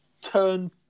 turn